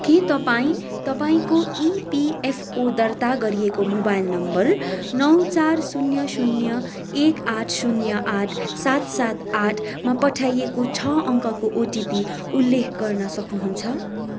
के तपाईँ तपाईँको इपिएफओ दर्ता गरिएको मोबाइल नम्बर नौ चार शून्य शून्य एक आठ शून्य आठ सात सात आठमा पठाइएको छ अङ्कको ओटिपी उल्लेख गर्न सक्नुहुन्छ